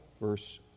verse